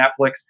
Netflix